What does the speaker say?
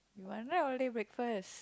no wonder only breakfast